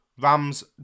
Rams